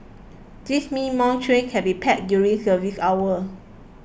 this means more trains can be packed during service hours